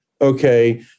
Okay